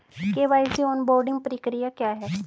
KYC onboarding प्रक्रिया क्या है?